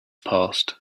passed